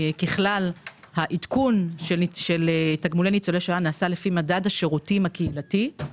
ככלל העדכון של תגמולי ניצולי שואה נעשה לפי מדד השירותים הקהילתי,